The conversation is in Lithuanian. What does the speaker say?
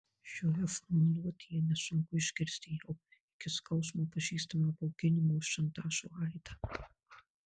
šioje formuluotėje nesunku išgirsti jau iki skausmo pažįstamą bauginimo ir šantažo aidą